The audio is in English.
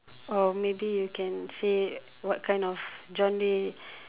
oh maybe you can say what kind of genre